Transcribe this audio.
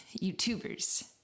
YouTubers